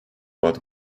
but